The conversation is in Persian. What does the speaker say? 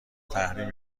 تحریم